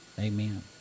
Amen